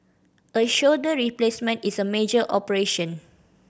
a shoulder replacement is a major operation